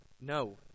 No